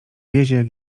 wiezie